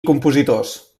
compositors